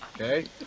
Okay